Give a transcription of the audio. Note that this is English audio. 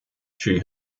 she